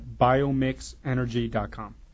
biomixenergy.com